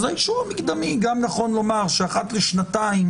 אז האישור המקדמי גם נכון לומר שאחת לשנתיים